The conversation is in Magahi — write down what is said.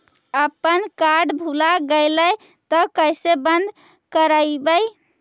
अपन कार्ड भुला गेलय तब कैसे बन्द कराइब?